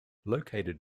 located